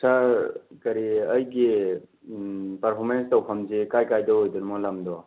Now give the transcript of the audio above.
ꯁꯥꯔ ꯀꯔꯤ ꯑꯩꯒꯤ ꯄꯔꯐꯣꯔꯃꯦꯟꯁ ꯇꯧꯕꯝꯁꯦ ꯀꯥꯏ ꯀꯥꯏꯗ ꯑꯣꯏꯗꯣꯔꯤꯃꯣ ꯂꯝꯗꯣ